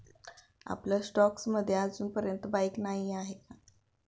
आपल्या स्टॉक्स मध्ये अजूनपर्यंत बाईक नाही आहे का?